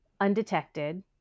undetected